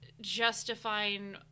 justifying